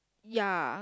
ya